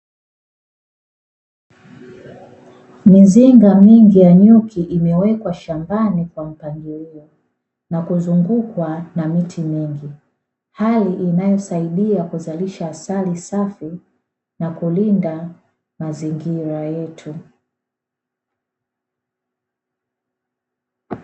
Mizinga mingi ya nyuki iliyowekwa shambani kwa mpangilio na kuzungukwa na miti mingi, hali inayosaidia kuzalisha asali nyingi safi na kulinda mazingira yetu.